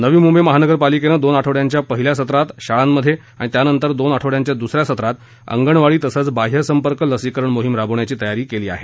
नवी मुंबई महानगरपालिकेने दोन आठवड्यांच्या पहिल्या सत्रात शाळांमध्ये आणि त्यानंतर दोन आठवड्यांच्या द्स या सत्रात अंगणवाडी तसंच बाह्यसंपर्क लसीकरण मोहिम राबविण्याची तयारी केली आहे